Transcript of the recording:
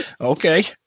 Okay